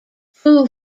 foo